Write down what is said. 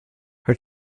her